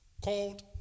Called